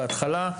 בהתחלה,